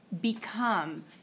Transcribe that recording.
become